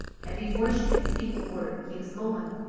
and before she could speak a word he was gone.